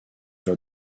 your